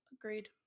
agreed